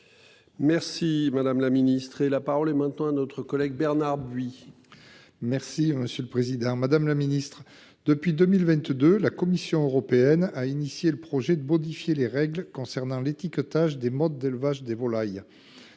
Merci madame la ministre et la parole est maintenant à notre collègue Bernard buis. Merci, monsieur le Président Madame la Ministre depuis 2022, la Commission européenne a initié le projet de modifier les règles concernant l'étiquetage des modes d'élevage des volailles.